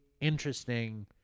interesting